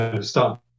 start